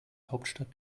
hauptstadt